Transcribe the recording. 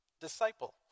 disciple